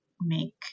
make